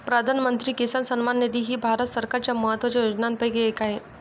प्रधानमंत्री किसान सन्मान निधी ही भारत सरकारच्या महत्वाच्या योजनांपैकी एक आहे